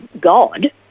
God